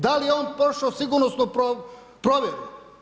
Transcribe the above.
Da li je on prošao sigurnosnu provjeru?